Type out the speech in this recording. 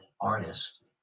artist